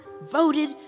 voted